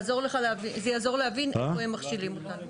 יעזור להבין איפה הם מכשילים אותנו.